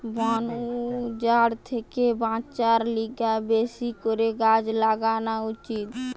বন উজাড় থেকে বাঁচার লিগে বেশি করে গাছ লাগান উচিত